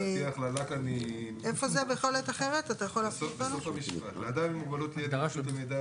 (א) לאדם עם מוגבלות תהיה נגישות למידע